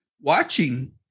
watching